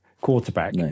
quarterback